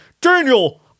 Daniel